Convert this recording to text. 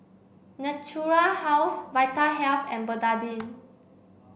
Natura House Vitahealth and Betadine